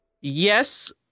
Yes